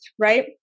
right